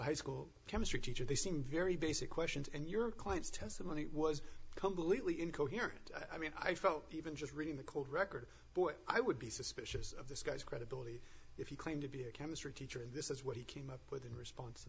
a high school chemistry teacher they seem very basic questions and your clients testimony was completely incoherent i mean i felt even just reading the cold record i would be suspicious of this guy's credibility if you claim to be a chemistry teacher and this is what he came up